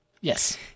Yes